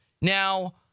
Now